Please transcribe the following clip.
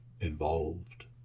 involved